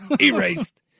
Erased